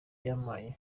bampaye